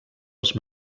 els